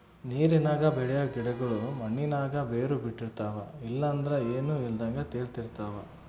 ನೀರಿನಾಗ ಬೆಳಿಯೋ ಗಿಡುಗುಳು ಮಣ್ಣಿನಾಗ ಬೇರು ಬುಟ್ಟಿರ್ತವ ಇಲ್ಲಂದ್ರ ಏನೂ ಇಲ್ದಂಗ ತೇಲುತಿರ್ತವ